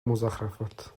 مضخرفات